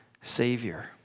Savior